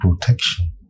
Protection